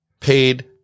paid